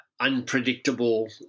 unpredictable